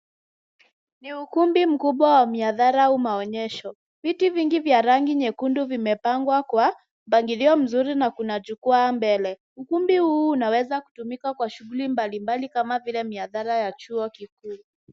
Ni ukumbi mkubwa wa mihadhara au maonyesho. Viti vingi vya rangi nyekundu vimepangwa kwa mpangilio mzuri na kuna jukwaa mbele. Ukumbi huu unaweza kutumika kwa shughuli mbalimbali kama vile mihadhara ya chuo kikuu.